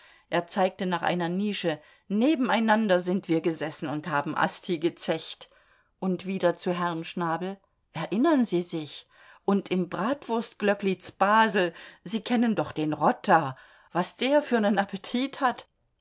er zeigte nach einer nische nebeneinander sind wir gesessen und haben asti gezecht und wieder zu herrn schnabel erinnern sie sich und im bratwurstglöckli z'basel sie kennen doch den rotter was der für nen appetit hat